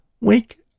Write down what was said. Wake